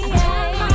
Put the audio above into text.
hey